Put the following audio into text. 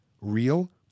real